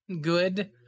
good